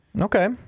Okay